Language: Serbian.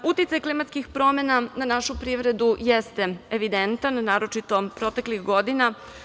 Uticaj klimatskih promena na našu privredu jeste evidentan, naročito proteklih godina.